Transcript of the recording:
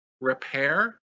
repair